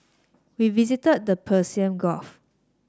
we visited the Persian Gulf